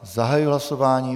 Zahajuji hlasování.